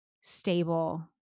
stable